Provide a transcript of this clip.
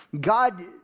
God